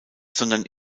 sondern